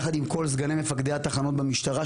יחד עם כל סגני מפקדי התחנות במשטרה,